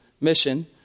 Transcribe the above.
mission